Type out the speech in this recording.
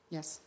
Yes